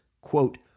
quote